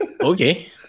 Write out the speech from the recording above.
Okay